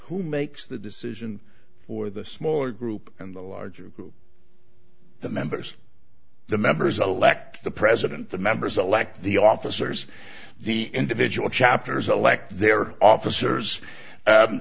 who makes the decision for the smaller group and the larger group the members the members elect the president the members elect the officers the individual chapters elect their officers